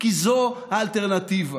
ועדת העלייה והקליטה.